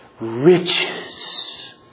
riches